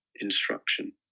instruction